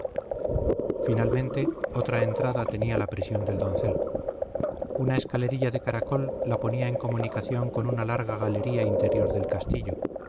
finalmente otra entrada tenía la prisión del doncel una escalerilla de caracol la ponía en comunicación con una larga galería interior del castillo